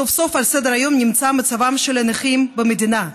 סוף-סוף על סדר-היום נמצא מצבם של הנכים במדינה,